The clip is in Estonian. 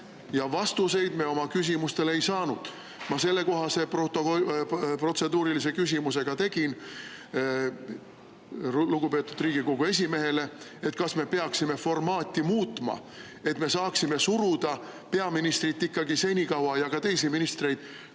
ja vastuseid me oma küsimustele ei saanud. Ma esitasin sellekohase protseduurilise küsimuse ka lugupeetud Riigikogu esimehele: et kas me peaksime formaati muutma, et me saaksime peaministrit ja ka teisi ministreid